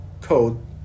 code